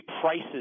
prices